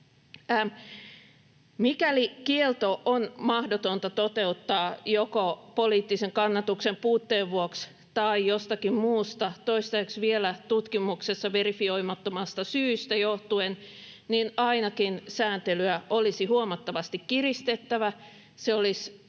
Mikäli kielto on mahdotonta toteuttaa joko poliittisen kannatuksen puutteen vuoksi tai jostakin muusta toistaiseksi vielä tutkimuksessa verifioimattomasta syystä johtuen, niin ainakin sääntelyä olisi huomattavasti kiristettävä,